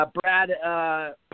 Brad